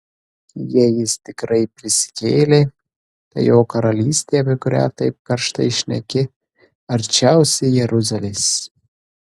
jei jis tikrai prisikėlė tai jo karalystė apie kurią taip karštai šneki arčiausiai jeruzalės